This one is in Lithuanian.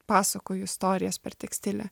pasakoju istorijas per tekstilę